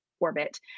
orbit